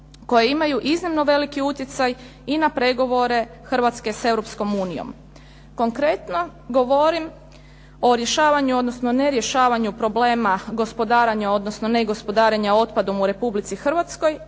koje imaju iznimno veliki utjecaj i na pregovore Hrvatske sa Europskom unijom. Konkretno govorim o rješavanju, odnosno ne rješavanju problema gospodarenja, odnosno negospodarenja otpadom u Republici Hrvatskoj